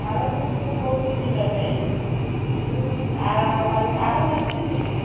ଆର ସପ୍ତାହରେ କହୁଥିଲେ ଯିବା ପାଇଁ ମୁଁ ଆର ମାସରେ ଯିବି